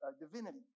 divinity